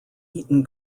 eton